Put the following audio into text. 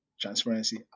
transparency